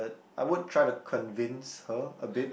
I would try to convince her a bit